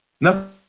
No